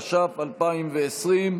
התש"ף 2020,